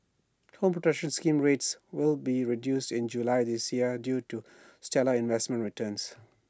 home protection scheme rates will be reduced in July this year due to stellar investment returns